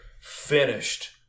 finished